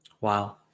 wow